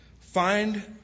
Find